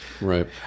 Right